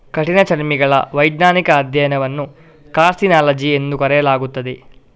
ಕಠಿಣಚರ್ಮಿಗಳ ವೈಜ್ಞಾನಿಕ ಅಧ್ಯಯನವನ್ನು ಕಾರ್ಸಿನಾಲಜಿ ಎಂದು ಕರೆಯಲಾಗುತ್ತದೆ